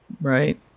right